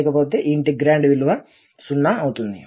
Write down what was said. లేకపోతే ఈ ఇంటిగ్రాండ్ విలువ 0 అవుతుంది